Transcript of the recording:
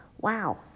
Wow